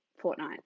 fortnight